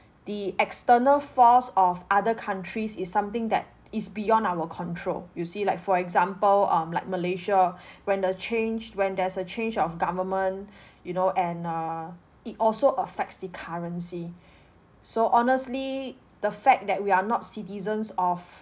the external force of other countries is something that is beyond our control you see like for example um like malaysia when a change when there's a change of government you know and err it also affects the currency so honestly the fact that we are not citizens of